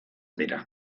dira